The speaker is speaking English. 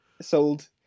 sold